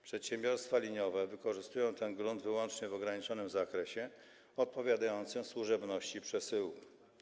Przedsiębiorstwa liniowe wykorzystują ten grunt wyłącznie w ograniczonym zakresie, odpowiadającym służebności przesyłu.